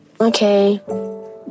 Okay